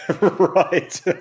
Right